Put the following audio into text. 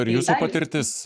ir jūsų patirtis